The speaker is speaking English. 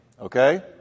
Okay